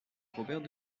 robert